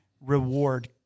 reward